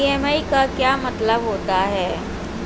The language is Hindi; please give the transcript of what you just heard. ई.एम.आई का क्या मतलब होता है?